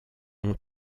ont